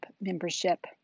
membership